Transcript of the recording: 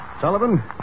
Sullivan